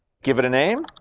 give it a name,